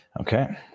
Okay